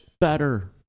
better